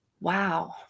wow